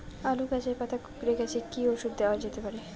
আলু গাছের পাতা কুকরে গেছে কি ঔষধ দেওয়া যেতে পারে?